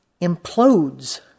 implodes